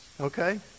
Okay